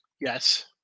Yes